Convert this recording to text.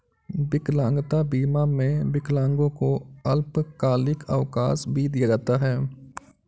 विकलांगता बीमा में विकलांगों को अल्पकालिक अवकाश भी दिया जाता है